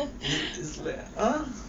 is is like ah